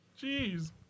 Jeez